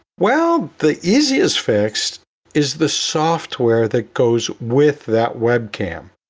well, the easiest fixed is the software that goes with that webcam.